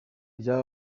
rya